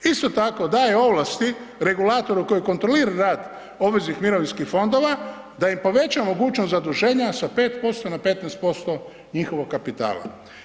Isto tako, daje ovlasti regulatoru koji kontrolira rad obveznih mirovinskih fondova, da im poveća mogućnost zaduženja sa 5% na 15% njihovog kapitala.